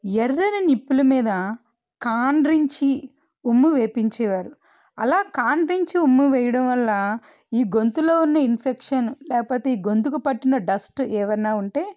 ఎర్రని నిప్పుల మీద గాండ్రించి ఉమ్మించేవారు అలా గాండ్రించి ఉమ్మి వేయడం వల్ల ఈ గొంతులో ఉన్న ఇన్ఫెక్షన్ లేకపోతే ఈ గొంతుకు పట్టిన డస్ట్ ఏమైనా ఉంటే